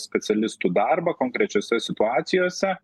specialistų darbą konkrečiose situacijose